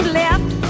left